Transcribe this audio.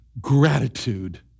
gratitude